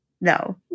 no